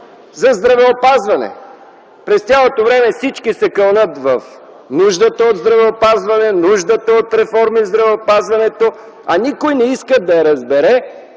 за здравеопазване? През цялото време всички се кълнат в нуждата от здравеопазване, нуждата от реформи в здравеопазването, а никой не иска да разбере